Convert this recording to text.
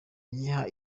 giha